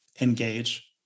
engage